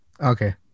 Okay